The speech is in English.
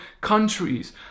countries